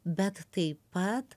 bet taip pat